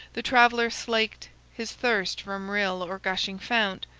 the traveller slaked his thirst from rill or gushing fount,